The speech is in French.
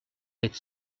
être